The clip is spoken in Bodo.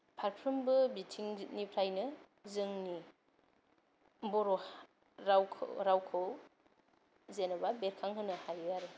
फारफ्रोमबो बिथिंनिफ्रायनो जोंनि बर' रावखौ रावखौ जेनबा बेरखांहोनो हायो आरो